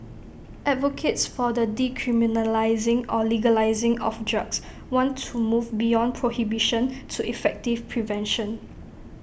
advocates for the decriminalising or legalising of drugs want to move beyond prohibition to effective prevention